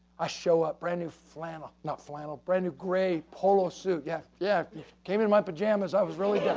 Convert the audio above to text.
i show up brand new flannel, not flannel, brand new gray polo suit yeah yeah. came into my pajamas, i was really,